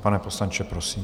Pane poslanče, prosím.